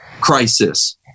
crisis